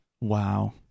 Wow